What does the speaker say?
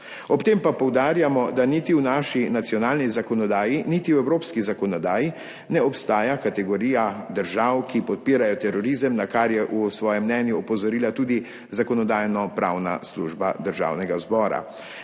Ob tem pa poudarjamo, da niti v naši nacionalni zakonodaji, niti v evropski zakonodaji, ne obstaja kategorija držav, ki podpirajo terorizem, na kar je v svojem mnenju opozorila tudi Zakonodajno-pravna služba Državnega zbora.